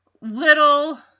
little